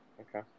Okay